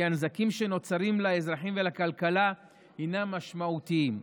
כי הנזקים שנוצרים לאזרחים ולכלכלה הם משמעותיים.